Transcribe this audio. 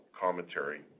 commentary